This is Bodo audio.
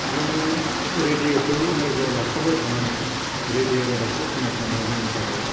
जोङो रेदिय'खौ लोगोआव लाफाबाय थानानै रेदिय' रादाबखौ खोनासंनाया जोंनि थाखाय